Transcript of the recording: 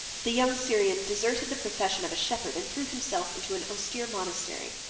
the young syrian deserted the profession of a shepherd, and threw himself into an austere monastery.